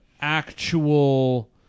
actual